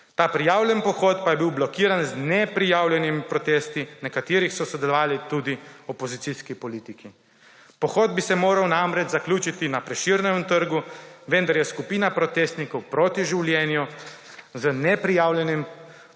Ta prijavljen pohod pa je bil blokiran z neprijavljenimi protesti, na katerih so sodelovali tudi opozicijski politiki. Pohod bi se moral namreč zaključiti na Prešernovem trgu, vendar je skupina protestnikov proti življenju z neprijavljenim protishodom